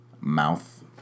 mouth